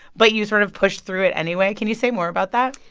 but you sort of pushed through it anyway. can you say more about that?